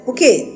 Okay